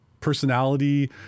personality